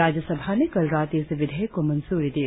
राज्य सभा ने कल रात इस विधेयक को मंजूरी दी